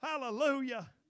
Hallelujah